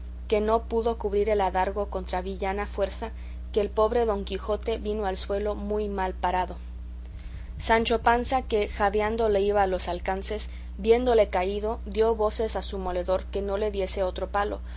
que no pudo cubrir el adarga contra villana fuerza que el pobre don quijote vino al suelo muy mal parado sancho panza que jadeando le iba a los alcances viéndole caído dio voces a su moledor que no le diese otro palo